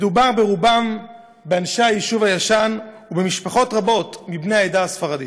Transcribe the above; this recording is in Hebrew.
מדובר ברובם באנשי היישוב הישן ובמשפחות רבות מבני העדה הספרדית.